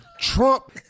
Trump